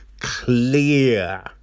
clear